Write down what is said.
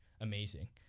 amazing